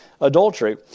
adultery